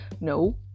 No